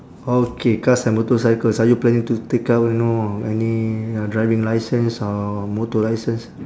okay cars and motorcycles are you planning to take up you know any uh driving licence or motor licence